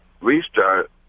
restart